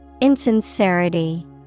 Insincerity